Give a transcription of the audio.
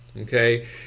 okay